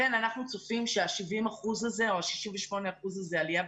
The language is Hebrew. לכן אנחנו צופים שהעלייה בפניות ל ה-68 אחוזים האלה,